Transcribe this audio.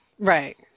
Right